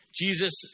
Jesus